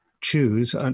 choose